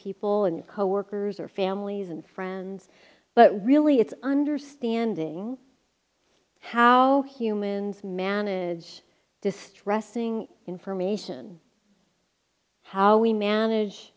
people and coworkers or families and friends but really it's understanding how humans manage distressing information how we manage